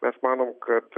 mes manom kad